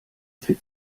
fit